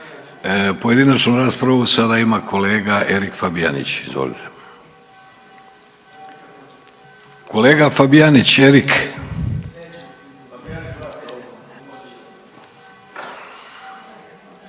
Pojedinačnu raspravu sada ima kolega Erik Fabijanić. Izvolite. Kolega Fabijanić Erik.